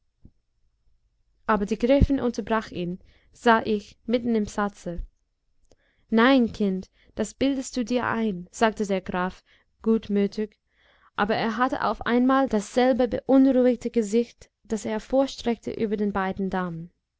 aber die gräfin unterbrach ihn sah ich mitten im satze nein kind das bildest du dir ein sagte der graf gutmütig aber er hatte auf einmal dasselbe beunruhigte gesicht das er vorstreckte über den beiden damen